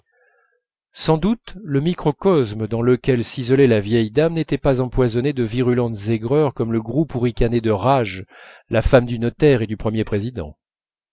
sans doute le microcosme dans lequel s'isolait la vieille dame n'était pas empoisonné de virulentes aigreurs comme le groupe où ricanaient de rage la femme du notaire et du premier président